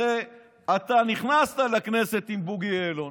הרי אתה נכנסת לכנסת עם בוגי יעלון,